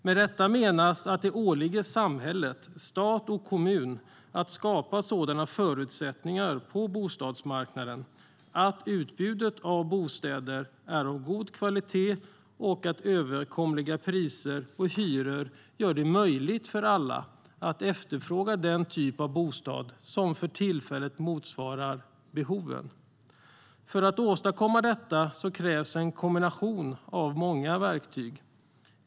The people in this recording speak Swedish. Med detta menas att det åligger samhället - stat och kommun - att skapa sådana förutsättningar på bostadsmarknaden att utbudet av bostäder är av god kvalitet och att överkomliga priser och hyror gör det möjligt för alla att efterfråga den typ av bostad som för tillfället motsvarar behoven. För att åstadkomma detta krävs en kombination av många verktyg.